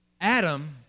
Adam